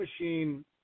machine